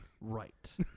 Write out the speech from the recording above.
right